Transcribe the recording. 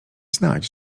znać